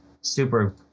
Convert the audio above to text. super